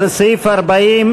קבוצת סיעת ש"ס,